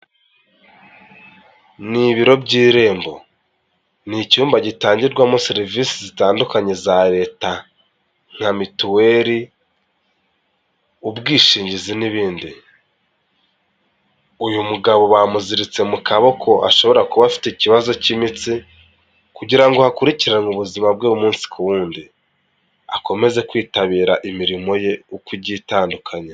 Ni ibiro by'irembo, ni icyumba gitangirwamo serivisi zitandukanye za leta, nka mituweli, ubwishingizi n'ibindi, uyu mugabo bamuziritse mu kaboko ashobora kuba afite ikibazo cy'imitsi, kugira ngo hakurikiranwe ubuzima bwe umunsi ku wundi, akomeze kwitabira imirimo ye uko igiye itandukanya.